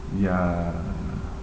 ya